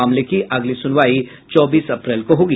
मामले की अगली सुनवाई चौबीस अप्रैल को होगी